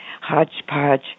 hodgepodge